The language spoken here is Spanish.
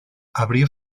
abrió